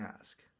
ask